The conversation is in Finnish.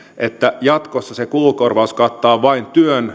että jatkossa se kulukorvaus kattaa vain